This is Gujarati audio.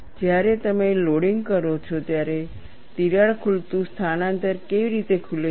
જ્યારે તમે લોડિંગ કરો છો ત્યારે તિરાડ ખૂલતું સ્થાનાંતર કેવી રીતે ખુલે છે